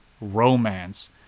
Romance